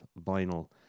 vinyl